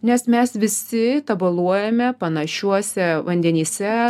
nes mes visi tabaluojame panašiuose vandenyse